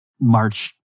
March